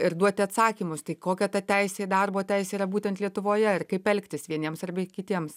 ir duoti atsakymus tai kokia ta teisė darbo teisė yra būtent lietuvoje ir kaip elgtis vieniems arbe kitiems